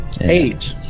Eight